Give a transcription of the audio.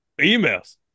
emails